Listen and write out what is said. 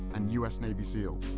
and u s. navy seals.